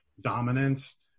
dominance